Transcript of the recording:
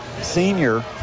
senior